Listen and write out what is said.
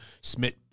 Smith